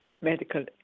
medical